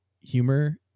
humor